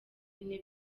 bine